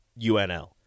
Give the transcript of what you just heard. UNL